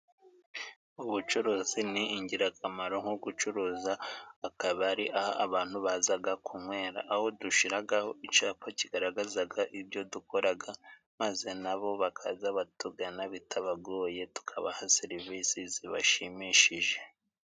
Ubucuruzi ni ingirakamaro nko gucuruza akabari, aho abantu baza kunwera aho dushyiraho icyapa kigaragaza ibyo dukora, maze na bo bakaza batugana bitabagoye, tukabaha serivisi zibashimishije.